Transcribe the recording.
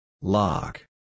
Lock